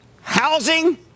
housing